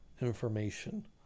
information